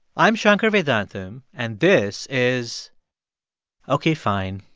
i'm shankar vedantam, and this is ok, fine,